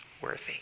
worthy